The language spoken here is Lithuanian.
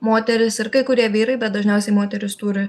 moterys ir kai kurie vyrai bet dažniausiai moterys turi